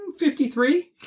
53